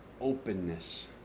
openness